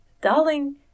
Darling